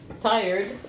tired